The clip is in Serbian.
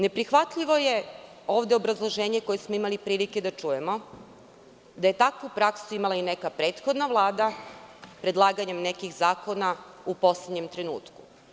Neprihvatljivo je obrazloženje koje smo imali prilike da čujemo, da je takvu praksu imala i neka prethodna Vlada predlaganjem nekih zakona u poslednjem trenutku.